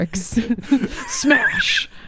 Smash